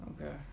Okay